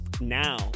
now